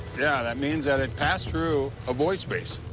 yeah, that means that it passed through a void space.